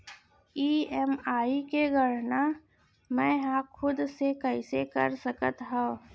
EMI के गड़ना मैं हा खुद से कइसे कर सकत हव?